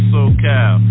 SoCal